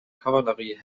kavallerie